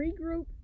regroup